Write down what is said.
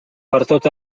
pertot